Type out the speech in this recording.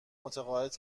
متعاقد